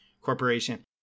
Corporation